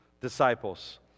disciples